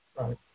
Right